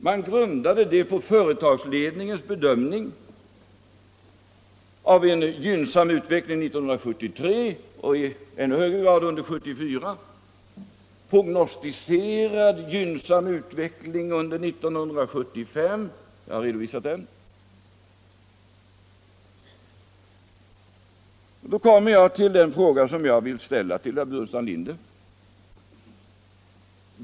Man grundade detta beslut på företagsledningens bedömning av en gynnsam utveckling 1973 och i ännu högre grad under 1974 samt en prognostiserad gynnsam utveckling under 1975 — jag har redovisat den. Då kommer jag till den fråga som jag vill ställa till herr Burenstam Linder.